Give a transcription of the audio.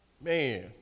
man